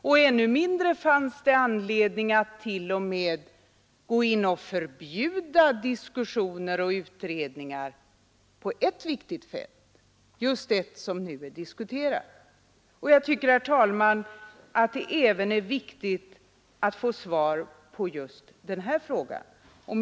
Och ännu mindre fanns det anledning att t.o.m. förbjuda diskussioner och utredningar på ett viktigt fält, just ett som nu är diskuterat. Jag tycker att det är viktigt att få svar även på den frågan. Herr talman!